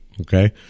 Okay